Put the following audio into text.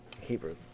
Hebrew